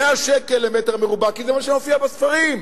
100 שקל למטר מרובע, כי זה מה שמופיע בספרים.